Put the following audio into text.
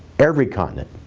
every continent,